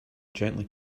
gently